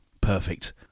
Perfect